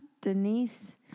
Denise